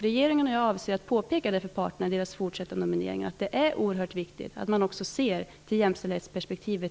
Regeringen och jag avser att påpeka för parterna att det när det gäller deras fortsatta nomineringar är oerhört viktigt att också se till jämställdhetsperspektivet.